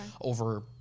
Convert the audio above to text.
over